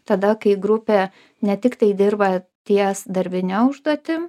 tada kai grupė ne tiktai dirba ties darbine užduotim